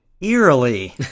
eerily